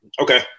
Okay